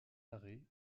arrêt